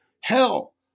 Hell